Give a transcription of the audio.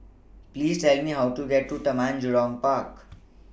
Please Tell Me How to get to Taman Jurong Park